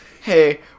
hey